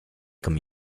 comme